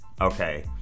Okay